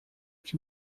que